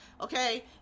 okay